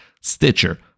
Stitcher